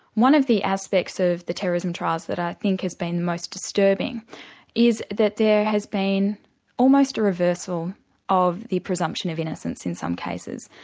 one of the aspects of the terrorism trials that i think has been the most disturbing is that there has been almost a reversal of the presumption of innocence in some cases,